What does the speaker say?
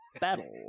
battle